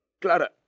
Clara